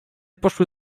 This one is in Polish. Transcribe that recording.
poszły